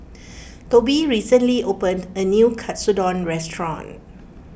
Tobi recently opened a new Katsudon restaurant